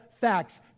facts